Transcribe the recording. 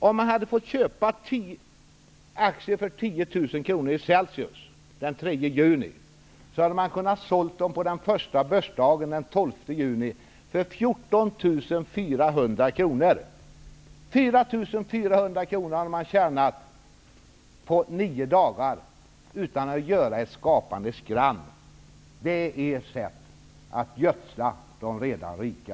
Om man hade fått köpa aktier för 10 000 kronor i Celsius den 3 juni, hade man den första börsdagen därefter, den 12 juni, kunnat sälja dem för 14 400 kronor. Då hade man tjänat 4 400 kronor på nio dagar utan att göra ett skapandes grand. Detta är regeringens sätt att gödsla de redan rika.